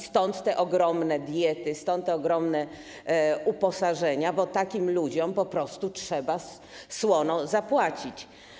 Stąd te ogromne diety, stąd te ogromne uposażenia - bo takim ludziom po prostu trzeba słono zapłacić.